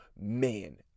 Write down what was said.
Man